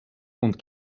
und